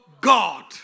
God